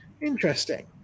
Interesting